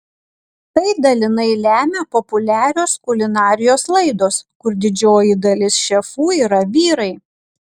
tai dalinai lemia populiarios kulinarijos laidos kur didžioji dalis šefų yra vyrai